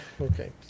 Okay